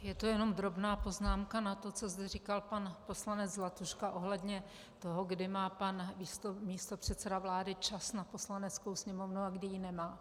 Je to jenom drobná poznámka na to, co zde říkal pan poslanec Zlatuška ohledně toho, kdy má pan místopředseda vlády čas na Poslaneckou sněmovnu a kdy ho nemá.